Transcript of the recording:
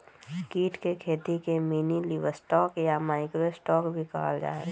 कीट के खेती के मिनीलिवस्टॉक या माइक्रो स्टॉक भी कहल जाहई